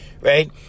right